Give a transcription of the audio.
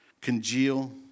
congeal